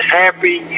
happy